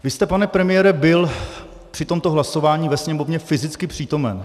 Vy jste, pane premiére, byl při tomto hlasování ve Sněmovně fyzicky přítomen.